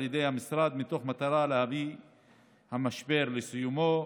ידי המשרד מתוך מטרה להביא המשבר לסיומו.